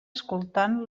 escoltant